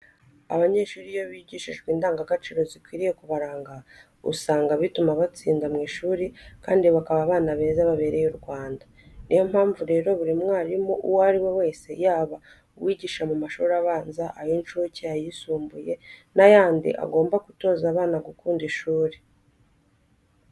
Abanyeshuri iyo bigishijwe indangadaciro zikwiye kubaranga usanga bituma batsinda mu ishuri kandi bakaba abana beza babereye u Rwanda. Niyo mpamvu rero buri mwarimu uwo ari we wese yaba uwigisha mu mashuri abanza, ay'incuke, ayisumbuye n'ayandi agomba gutoza abana gukunda ishuri.